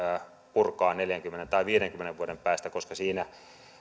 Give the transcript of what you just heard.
purkaa neljäkymmentä tai viidenkymmenen vuoden päästä koska siinä